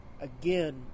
Again